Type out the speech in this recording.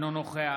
אינו נוכח